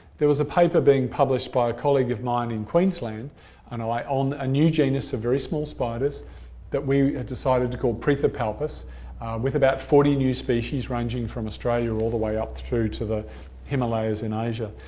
there was a paper being published by a colleague of mine in queensland and like on a new genus of very small spiders that we had decided to call prethopalpus with about forty new species ranging from australia all the way up through to the himalayas in asia,